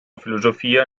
filosofia